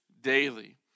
daily